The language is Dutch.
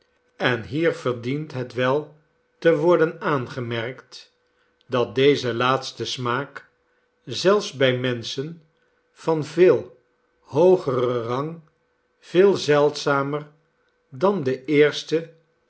en hier verdienthet wel te worden aangemerkt dat deze laatste smaak zelfs bij menschen van veel hoogeren rang veel zeldzamer dan de eerste